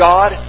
God